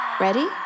Ready